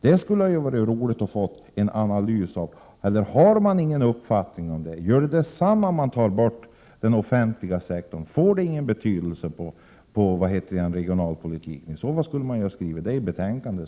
Det skulle vara roligt att få en analys av detta. Eller har man ingen uppfattning om det? Gör det detsamma om man tar bort den offentliga sektorn? Får detta i så fall ingen betydelse på regionalpolitiken? Om så är skulle man skrivit det i betänkandet.